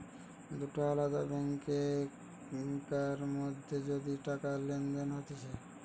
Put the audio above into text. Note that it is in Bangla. দুটা আলদা ব্যাংকার মধ্যে যদি টাকা লেনদেন হতিছে